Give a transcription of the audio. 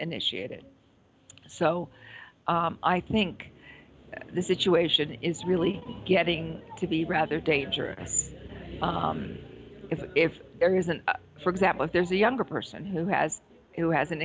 initiated so i think this situation is really getting to be rather dangerous if there isn't for example if there's a younger person who has who has